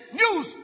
news